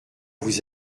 vous